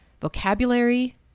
vocabulary